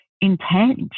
intent